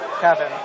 Kevin